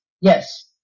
Yes